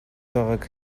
байгааг